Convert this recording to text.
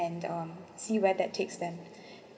and um see where that takes them